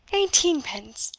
eighteen-pence!